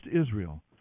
Israel